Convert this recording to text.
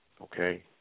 Okay